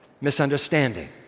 misunderstanding